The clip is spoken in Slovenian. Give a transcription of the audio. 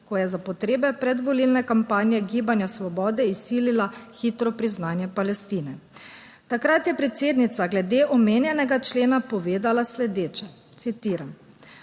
ko je za potrebe predvolilne kampanje Gibanja Svobode izsilila hitro priznanje Palestine. Takrat je predsednica glede omenjenega člena povedala sledeče, citiram: